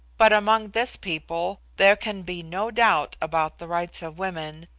but among this people there can be no doubt about the rights of women,